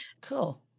Cool